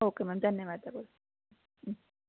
okay ma'am ಧನ್ಯವಾದಗಳು ಹ್ಞೂ